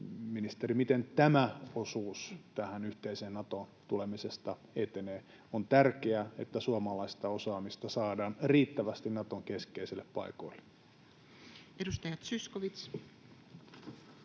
Ministeri, miten tämä osuus etenee tästä yhteiseen Natoon tulemisesta? On tärkeää, että suomalaista osaamista saadaan riittävästi Naton keskeisille paikoille. [Speech